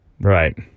Right